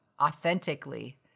authentically